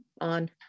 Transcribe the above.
on